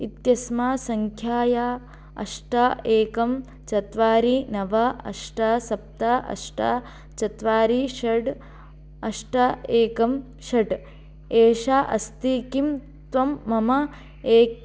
इत्यस्मा सङ्ख्याया अष्ट एकं चत्वारि नव अष्ट सप्त अष्ट चत्वारि षट् अष्ट एकं षट् एषा अस्ति किं त्वं मम ए